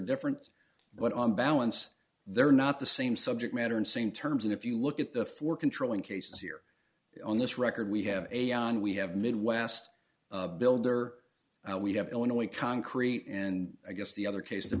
different but on balance they're not the same subject matter and same terms and if you look at the four controlling cases here on this record we have a on we have midwest builder we have illinois concrete and i guess the other case that